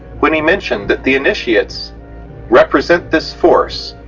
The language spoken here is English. when he mentioned that the initiates represent this force,